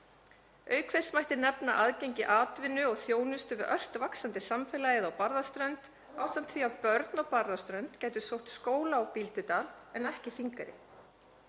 Auk þess mætti nefna aðgengi atvinnu og þjónustu að ört vaxandi samfélagi á Barðaströnd ásamt því að börn á Barðaströnd gætu sótt skóla á Bíldudal en ekki Þingeyri.